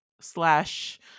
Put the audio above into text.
Slash